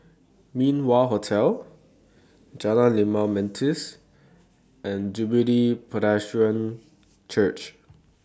Min Wah Hotel Jalan Limau Manis and Jubilee Presbyterian Church